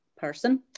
person